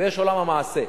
ויש עולם המעשה.